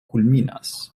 kulminas